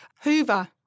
hoover